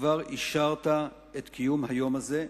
שכבר אישרת את קיום היום הזה,